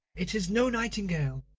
it is no nightingale.